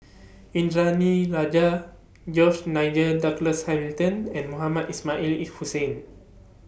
Indranee Rajah George Nigel Douglas Hamilton and Mohamed Ismail Hussain